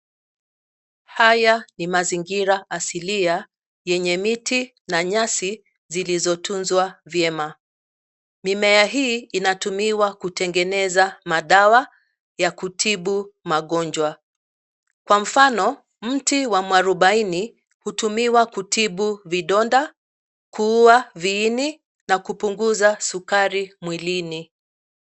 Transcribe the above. Haya ni mazingira asilia yenye miti na nyasi zilizotunzwa vyema. Mimea hii inatumiwa kutengeneza madawa ya kutibu magonjwa. Kwa mfano, mti wa mwarubaini hutumiwa kutibu vidonda, kuua viini na kupunguza sukari mwilini.